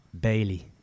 bailey